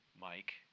Mike